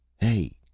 hey,